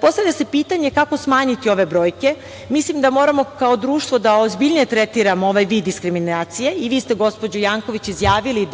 Postavlja se pitanje kako smanjiti ove brojke? Mislim da moramo kao društvo da ozbiljnije tretiramo ovaj vid diskriminacije. Vi ste, gospođo Janković, izjavili